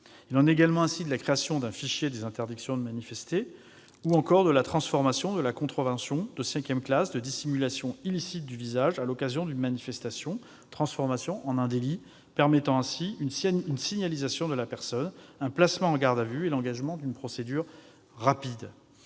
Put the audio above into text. à une manifestation et de la création d'un fichier des interdictions de manifester. Je pense également à la transformation de la contravention de la cinquième classe de dissimulation illicite du visage à l'occasion d'une manifestation en un délit, permettant une signalisation de la personne, un placement en garde à vue et l'engagement d'une procédure rapide,